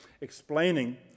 explaining